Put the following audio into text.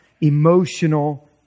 emotional